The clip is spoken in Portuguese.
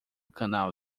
canal